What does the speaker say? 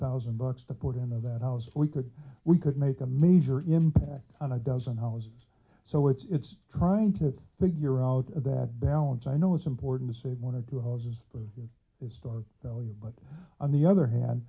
thousand bucks to put into that house we could we could make a major impact on a dozen houses so it's trying to figure out that balance i know it's important to save one or two houses when you start value but on the other hand